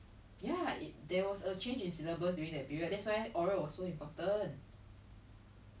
to us like we go out and work like 他 go out 打工 right is for fun 的 that is like